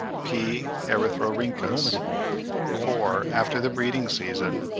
p. erythrorhynchus for, after the breeding-season,